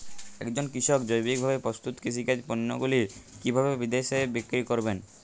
একজন কৃষক জৈবিকভাবে প্রস্তুত কৃষিজাত পণ্যগুলি কিভাবে বিদেশে বিক্রি করবেন?